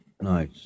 nice